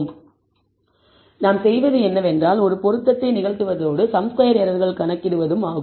எனவே நாம் செய்வது என்னவென்றால் ஒரு பொருத்தத்தை நிகழ்த்துவதோடு சம் ஸ்கொயர் எரர்கள் கணக்கிடுவதும் ஆகும்